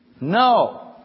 No